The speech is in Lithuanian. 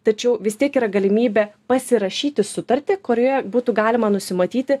tačiau vis tiek yra galimybė pasirašyti sutartį kurioje būtų galima nusimatyti